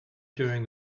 during